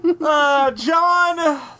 John